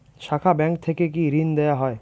শাখা ব্যাংক থেকে কি ঋণ দেওয়া হয়?